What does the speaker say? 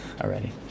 already